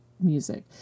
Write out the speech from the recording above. music